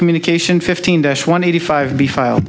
communication fifteen dash one eighty five be filed